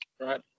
Right